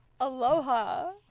aloha